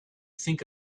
think